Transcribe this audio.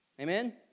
Amen